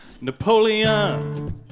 Napoleon